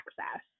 access